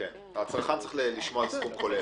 הצרכן צריך לשמוע סכום כולל.